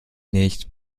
nicht